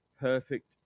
Perfect